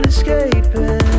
Escaping